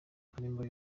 kanimba